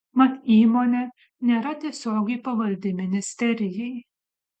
mat įmonė nėra tiesiogiai pavaldi ministerijai